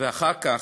ואחר כך,